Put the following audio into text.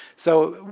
so,